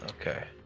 okay